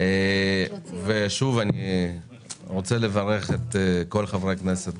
אני רוצה לברך את כל חברי הכנסת,